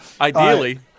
Ideally